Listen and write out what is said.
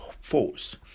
force